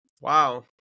wow